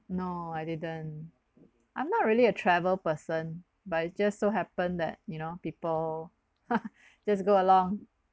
no I didn't I'm not really a travel person but it's just so happen that you know people just go along